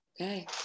Okay